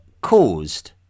caused